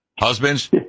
Husbands